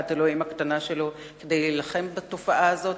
בחלקת אלוהים הקטנה שלו כדי להילחם בתופעה הזאת,